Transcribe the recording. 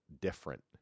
different